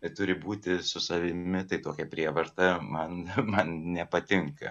turi būti su savimi tai tokia prievarta man man nepatinka